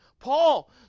Paul